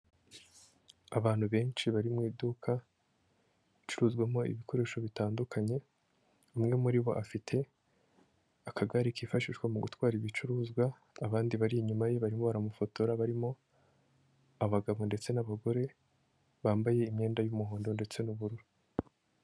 Abantu benshi bari mu iduka ricuruzwamo ibikoresho bitandukanye, umwe muri bo afite akagare kifashishwa mu gutwara ibicuruzwa, abandi bari inyuma ye barimo baramufotora barimo abagabo ndetse n'abagore bambaye imyenda y'umuhondo ndetse n'ubururu.